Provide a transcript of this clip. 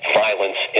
violence